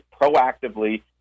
Proactively